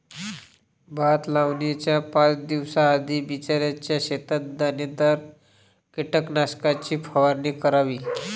भात लावणीच्या पाच दिवस आधी बिचऱ्याच्या शेतात दाणेदार कीटकनाशकाची फवारणी करावी